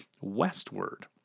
westward